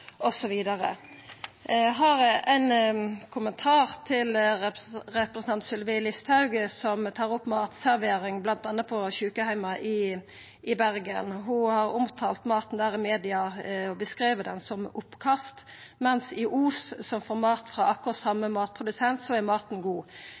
Eg har ein kommentar til representanten Sylvi Listhaug, som tok opp matservering bl.a. på sjukeheimar i Bergen. Ho har i media omtalt maten der og beskrive han som oppkast, mens i Os, som får mat frå